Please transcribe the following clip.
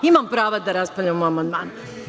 Imam prava da raspravljam o amandmanu.